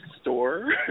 store